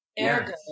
Ergo